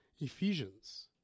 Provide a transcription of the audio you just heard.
Ephesians